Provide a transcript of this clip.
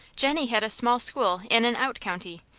jennie had a small school in an out county,